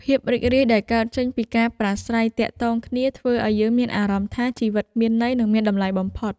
ភាពរីករាយដែលកើតចេញពីការប្រាស្រ័យទាក់ទងគ្នាធ្វើឱ្យយើងមានអារម្មណ៍ថាជីវិតមានន័យ និងមានតម្លៃបំផុត។